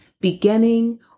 beginning